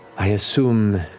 i assume,